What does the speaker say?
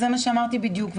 זה מה שאמרתי בדיוק,